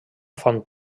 font